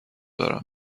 دارمی